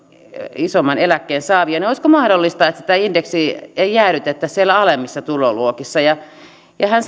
isomman eläkkeen saavia niin olisiko mahdollista että sitä indeksiä ei jäädytettäisi siellä alemmissa tuloluokissa ja ja hän